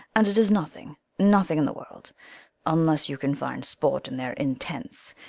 and it is nothing, nothing in the world unless you can find sport in their intents,